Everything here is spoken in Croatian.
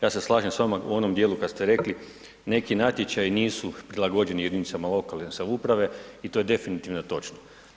Ja se slažem s vama u onom dijelu kada ste rekli neki natječaji nisu prilagođeni jedinicama lokalne samouprave i to je definitivno točno.